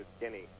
skinny